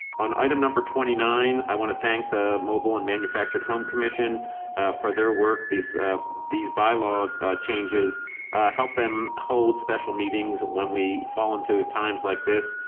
on item number twenty nine, i want to thank the mobile and manufactured home commission for their work. these these bylaw changes help them hold special meetings when we fall into times like this,